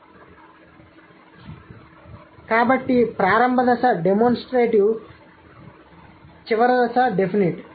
మరియు కాబట్టి ప్రారంభ దశ డెమోన్స్ట్రేటివ్ చివరి దశ డెఫినిట్